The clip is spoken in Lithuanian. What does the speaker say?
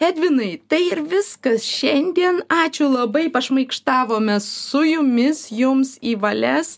edvinai tai ir viskas šiandien ačiū labai pašmaikštavome su jumis jums į valias